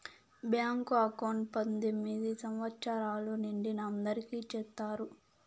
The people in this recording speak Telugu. బ్యాంకు అకౌంట్ పద్దెనిమిది సంవచ్చరాలు నిండిన అందరికి చేత్తారు